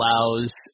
allows